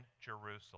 Jerusalem